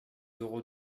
euros